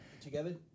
Together